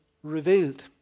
revealed